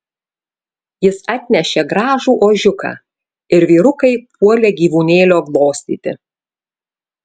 jis atnešė gražų ožiuką ir vyrukai puolė gyvūnėlio glostyti